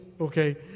Okay